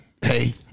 Hey